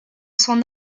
son